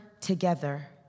together